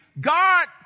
God